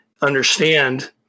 understand